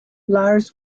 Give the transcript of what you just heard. lars